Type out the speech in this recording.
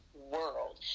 world